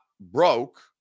broke